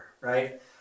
right